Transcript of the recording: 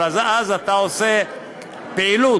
אבל אז אתה עושה פעילות.